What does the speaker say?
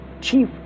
chief